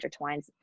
intertwines